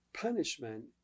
Punishment